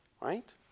Right